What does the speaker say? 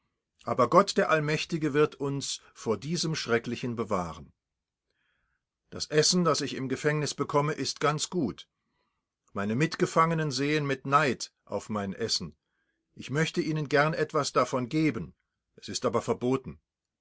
aber gott der allmächtige wird uns vor diesem schrecklichen bewahren das essen das ich im gefängnis bekomme ist ganz gut meine mitgefangenen sehen mit neid auf mein essen ich möchte ihnen gern etwas davon geben es ist aber verboten